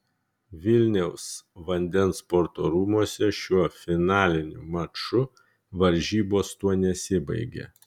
vilniaus vandens sporto rūmuose šiuo finaliniu maču varžybos tuo nesibaigė